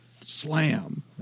Slam